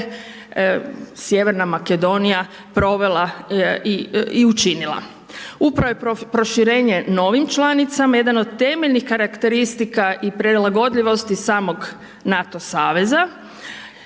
sjeverna Makedonija provela i učinila. Upravo je proširenje novim članicama, jedan od temeljnih karakteristika i prilagodljivosti samog NATO saveza